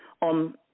on